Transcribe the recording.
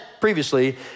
previously